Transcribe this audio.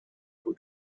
who